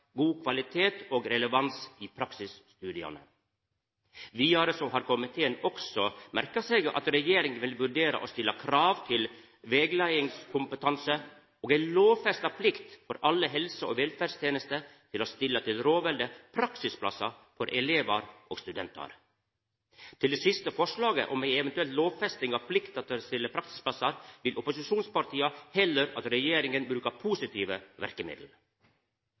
god kvalitet og relevans i praksisstudia. Vidare har komiteen også merka seg at regjeringa vil vurdera å stilla krav til rettleiingskompetanse og ei lovfesta plikt for alle helse- og velferdstenestene til å stilla til rådvelde praksisplassar for elevar og studentar. Til det siste forslaget om ei eventuell lovfesting av plikta til å stilla praksisplassar vil opposisjonspartia heller at regjeringa brukar positive verkemiddel.